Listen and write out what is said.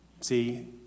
See